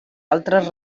altres